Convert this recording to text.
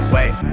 Wait